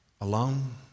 alone